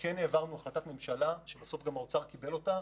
כן העברנו החלטת ממשלה, שבסוף האוצר גם קיבל אותה,